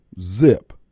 zip